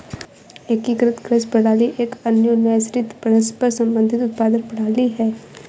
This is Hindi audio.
एकीकृत कृषि प्रणाली एक अन्योन्याश्रित, परस्पर संबंधित उत्पादन प्रणाली है